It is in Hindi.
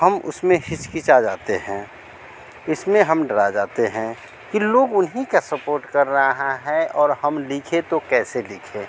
हम उसमें हिचकिचा जाते हैं इसमें हम डरा जाते हैं कि लोग उन्हीं का सपोर्ट कर रहे हैं और हम लिखें तो कैसे लिखें